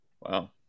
Wow